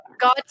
god